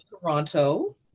Toronto